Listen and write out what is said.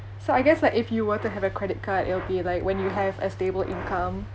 so I guess like if you were to have a credit card it'll be like when you have a stable income